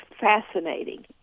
fascinating